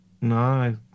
No